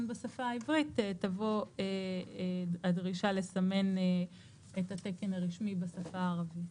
בשפה העברית תבוא הדרישה לסמן את התקן הרשמי בשפה הערבית.